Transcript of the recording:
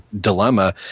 dilemma